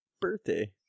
birthday